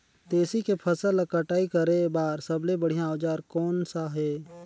तेसी के फसल ला कटाई करे बार सबले बढ़िया औजार कोन सा हे?